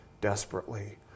desperately